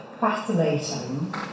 fascinating